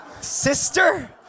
sister